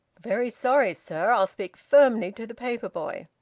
very sorry, sir. i'll speak firmly to the paper boy,